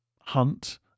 hunt